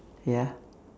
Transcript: ya